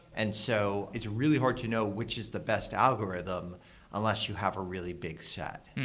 and so it's really hard to know which is the best algorithm unless you have a really big set.